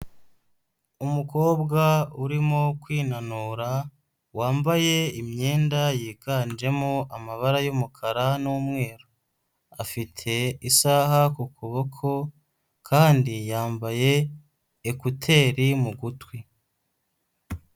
Umukobwa urimo kwinanura, wambaye imyenda yiganjemo amabara y'umukara n'umweru, afite isaha ku kuboko kandi yambaye ekuteri mu gutwi.